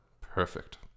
Perfect